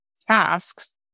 tasks